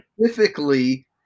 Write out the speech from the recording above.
specifically